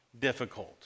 difficult